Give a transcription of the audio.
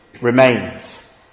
remains